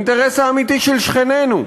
האינטרס האמיתי של שכנינו,